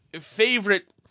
favorite